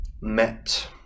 met